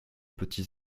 petits